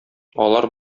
алар